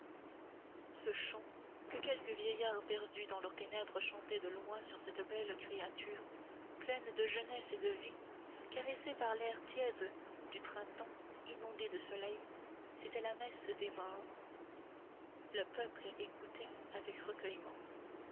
ce chant que quelques vieillards perdus dans leurs ténèbres chantaient de loin sur cette belle créature pleine de jeunesse et de vie caressée par l'air tiède du printemps inondée de soleil c'était la messe des morts le peuple écoutait avec recueillement